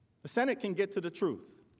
the senate can get to the truth.